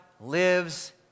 lives